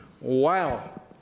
wow